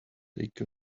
take